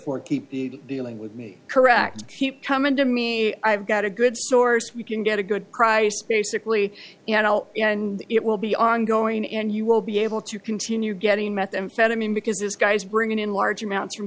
for keep the dealing with me correct keep coming to me i've got a good source we can get a good price basically you know you know and it will be ongoing and you will be able to continue getting methamphetamine because this guy is bringing in large amounts from